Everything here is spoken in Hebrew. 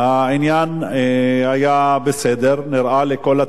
העניין היה בסדר, נראה לכל הצדדים,